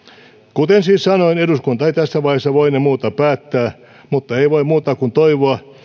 kuten sanoin eduskunta ei tässä vaiheessa voine muuta päättää mutta ei voi muuta kuin toivoa